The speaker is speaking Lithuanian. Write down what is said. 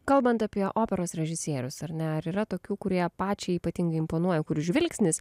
kalbant apie operos režisierius ar ne ar yra tokių kurie pačiai ypatingai imponuoja kurių žvilgsnis